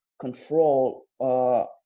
control